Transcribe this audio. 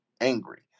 angry